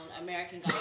American